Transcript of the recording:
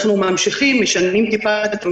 אנחנו ממשיכים, משנים קצת את התמהיל,